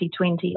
2020